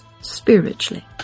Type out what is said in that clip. spiritually